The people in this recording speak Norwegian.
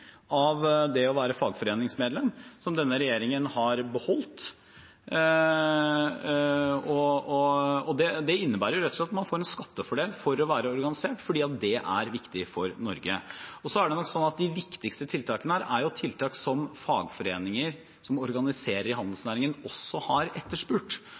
av det å være fagforeningsmedlem som denne regjeringen har beholdt. Det innebærer at man får en skattefordel for å være organisert, for det er viktig for Norge. Så er det nok sånn at de viktigste tiltakene her er tiltak som fagforeninger som organiserer i handelsnæringen også har etterspurt,